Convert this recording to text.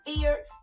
fear